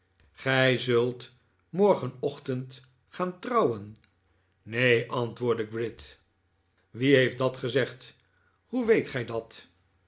gij zult morgenochtend gaan trouwen ne en antwoordde gride wie heeft dat gezegd hoe weet gij dat